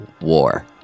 war